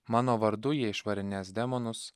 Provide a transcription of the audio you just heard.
mano vardu jie išvarinės demonus